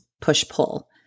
push-pull